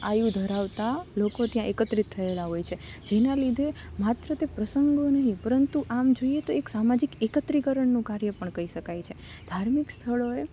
આયુ ધરાવતા લોકો ત્યાં એકત્રિત થયેલાં હોય છે જેના લીધે માત્ર તે પ્રસંગો નહીં પરંતુ આમ જોઈએ તો એક સામાજિક એકત્રીકરણનું કાર્ય પણ કહી શકાય છે ધાર્મિક સ્થળોએ